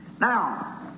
Now